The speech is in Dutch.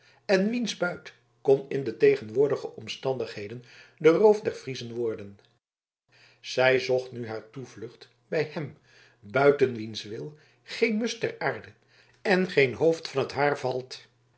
en wiens buit kon in de tegenwoordige omstandigheden de roof der friezen worden zij zocht nu haar toevlucht bij hem buiten wiens wil geen musch ter aarde en geen haar